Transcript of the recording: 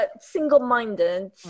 single-minded